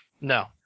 No